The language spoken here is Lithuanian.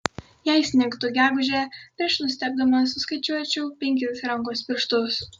jei snigtų gegužę prieš nustebdamas suskaičiuočiau penkis rankos pirštus